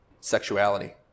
sexuality